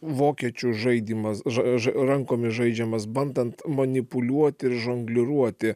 vokiečių žaidimas ž ž rankomis žaidžiamas bandant manipuliuoti ir žongliruoti